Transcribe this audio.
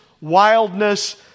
wildness